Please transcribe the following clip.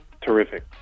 Terrific